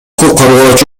коргоочу